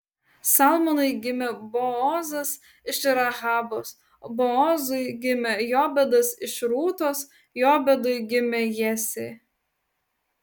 salmonui gimė boozas iš rahabos boozui gimė jobedas iš rūtos jobedui gimė jesė